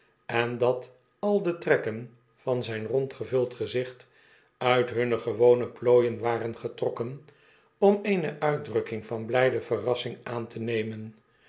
en dat al de trekken van zyn rond gevuld gezicht uit hunne gewone plooien waren getrokken om eene uitdrukking van blijde verrassing aan te nemen